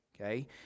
okay